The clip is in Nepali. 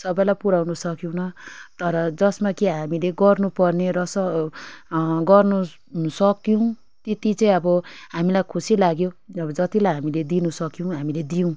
सबैलाई पुर्याउन सकेनौँ तर जसमा कि हामीले गर्नु पर्ने र स गर्नु सक्यौँ त्यति चाहिँ अब हामीलाई खुसी लाग्यो अब जतिलाई हामीले दिनु सक्यौँ हामीले दियौँ